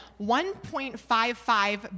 1.55